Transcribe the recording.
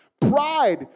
Pride